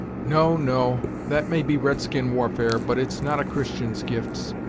no, no that may be red-skin warfare, but it's not a christian's gifts.